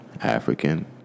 African